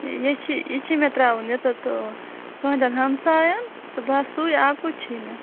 یے چھُے یہِ چھُے مےٚ تراوُن یَتَتھ تُہنٛدٮ۪ن ہمساین تہٕ بس سُے اکُے چھُے مےٚ